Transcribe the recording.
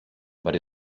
but